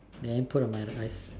then put on my rice